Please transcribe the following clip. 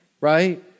Right